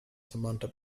samantha